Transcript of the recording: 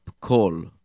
call